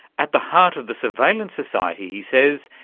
at the heart of the surveillance society, he says,